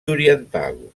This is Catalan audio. oriental